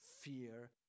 fear